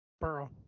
Burrow